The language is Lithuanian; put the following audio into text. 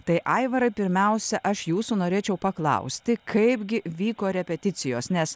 tai aivarą pirmiausia aš jūsų norėčiau paklausti kaipgi vyko repeticijos nes